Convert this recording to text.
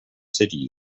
city